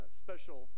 special